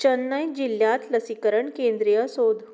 चेन्नई जिल्ल्यांत लसीकरण केंद्रीय सोद